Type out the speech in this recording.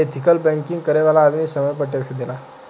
ethical banking करे वाला आदमी समय पर टैक्स देला